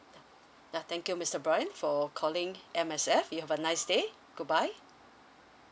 ya thank you mister brian for calling M_S_F you have a nice day goodbye